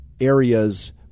areas